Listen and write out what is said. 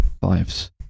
Fives